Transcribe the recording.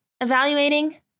evaluating